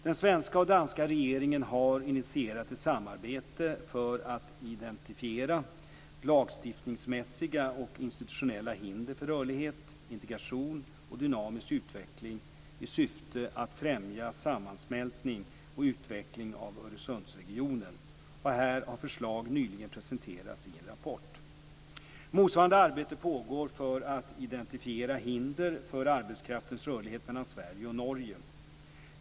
De svenska och danska regeringarna har initierat ett samarbete för att identifiera lagstiftningsmässiga och institutionella hinder för rörlighet, integration och dynamisk utveckling i syfte att främja sammansmältning och utveckling av Öresundsregionen. Här har förslag nyligen presenterats i en rapport. Motsvarande arbete pågår för att identifiera hinder för arbetskraftens rörlighet mellan Sverige och Norge.